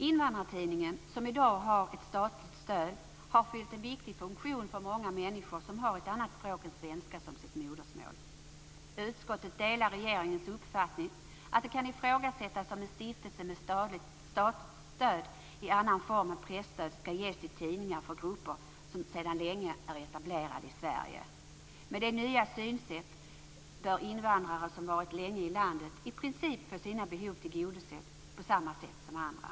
Invandrartidningen, som i dag har ett statligt stöd, har fyllt en viktig funktion för många människor som har ett annat språk än svenska som sitt modersmål. Utskottet delar regeringens uppfattning att det kan ifrågasättas om statligt stöd i annan form än presstöd skall ges till tidningar för grupper som sedan länge är etablerade i Sverige. Med det nya synsättet bör invandrare som varit länge i landet i princip få sina behov tillgodosedda på samma sätt som andra.